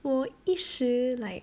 我一时 like